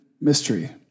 mystery